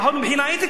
לפחות מבחינה אתית,